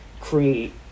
create